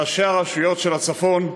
ראשי הרשויות של הצפון.